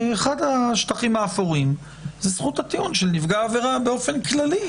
אחד השטחים האפורים הוא זכות הטיעון של נפגע עבירה באופן כללי.